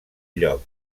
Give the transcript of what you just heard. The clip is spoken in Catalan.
lloc